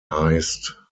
heißt